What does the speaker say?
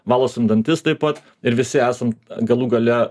valosi dantis taip pat ir visi esam galų gale